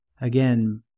again